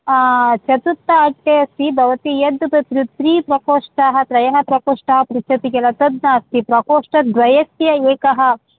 चतुर्थ अट्टे अस्ति भवती यद् त त्रिप्रकोष्टाः त्रयः प्रकोष्टाः पृच्छति किल तद् नास्ति प्रकोष्टद्वयस्य एकः